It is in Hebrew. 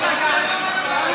אתם כבר 40 שנה בשלטון.